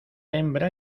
hembra